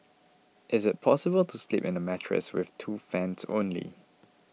is it possible to sleep in a mattress with two fans only